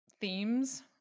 themes